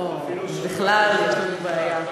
אוה, בכלל יש לנו בעיה.